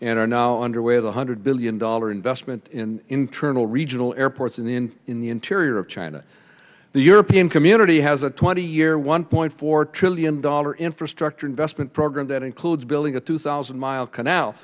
and are now underway one hundred billion dollar investment in internal regional airports in the in in the interior of china the european community has a twenty year one point four trillion dollar infrastructure investment program that includes building a two thousand mile canal